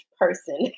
person